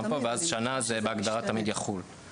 ואז שנה זה תמיד יחול בהגדרה שצריך לחזור לטופס.